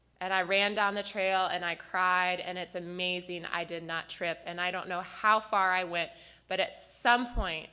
and i ran down the trail and i cried and it's amazing i did not trip. and i don't know how far i went but at some point